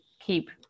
keep